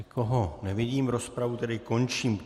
Nikoho nevidím, rozpravu tedy končím.